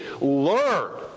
learn